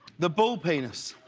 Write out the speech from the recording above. the but penis